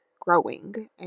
Growing